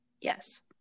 Yes